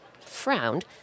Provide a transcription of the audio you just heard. frowned